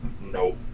Nope